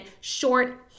short